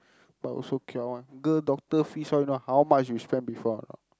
but also cure one girl doctor fees all you know how much you spend before not